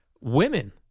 women